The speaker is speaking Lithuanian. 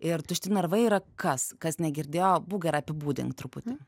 ir tušti narvai yra kas kas negirdėjo būk gera apibūdink truputį